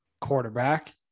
quarterback